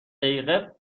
دقیقه